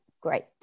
great